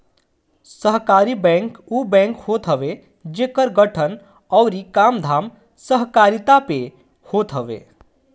सहकारी बैंक उ बैंक होत हवे जेकर गठन अउरी कामधाम सहकारिता पे होत हवे